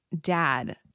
dad